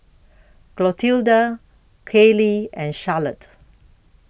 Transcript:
Clotilda Kayley and Charlotte